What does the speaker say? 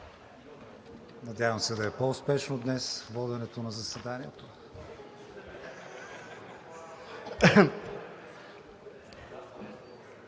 Надявам се да е по-успешно днес воденето на заседанието.